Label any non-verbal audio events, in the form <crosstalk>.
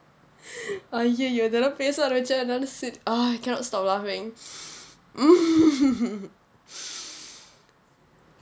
!aiyoyo! இதெல்லாம் பேச ஆரம்பிச்சா என்னால சிரிப்பு:ithellaam pesa aarambichaa ennala sirippu ugh I cannot stop laughing <laughs>